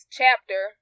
chapter